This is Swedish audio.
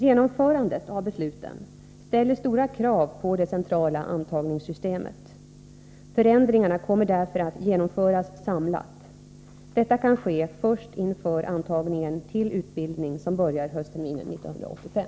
Genomförandet av besluten ställer stora krav på det centrala antagningssystemet. Förändringarna kommer därför att genomföras samlat. Detta kan ske först inför antagningen till utbildning som börjar höstterminen 1985.